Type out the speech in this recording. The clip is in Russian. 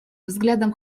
взглядом